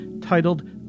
titled